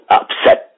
upset